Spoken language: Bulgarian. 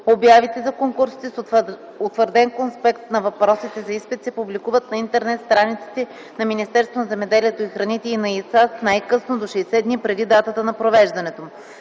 Обявите за конкурсите с утвърден конспект на въпросите за изпит се публикуват на интернет страниците на Министерството на земеделието и храните и на ИАСАС най-късно до 60 дни преди датата на провеждането